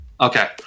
Okay